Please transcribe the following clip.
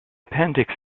appendix